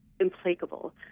implacable